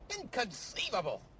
Inconceivable